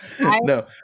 No